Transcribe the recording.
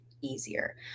easier